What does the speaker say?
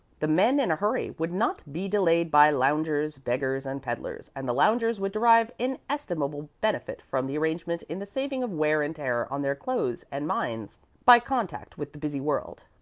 the men in a hurry would not be delayed by loungers, beggars, and peddlers, and the loungers would derive inestimable benefit from the arrangement in the saving of wear and tear on their clothes and minds by contact with the busy world.